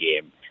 game